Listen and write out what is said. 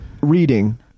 reading